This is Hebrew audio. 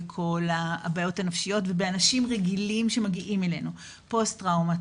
בכל הבעיות הנפשיות ובאנשים רגילים שמגיעים אלינו פוסט-טראומה,